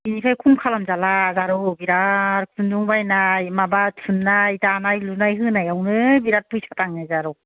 बेनिफ्राय खम खालामजाला जारौ बिरात खुन्दुं बायनाय माबा थुननाय दानाय लुनाय होनायावनो बिरात फैसा थाङो जारौ